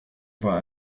war